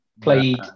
played